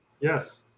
Yes